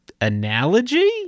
analogy